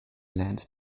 lands